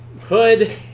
hood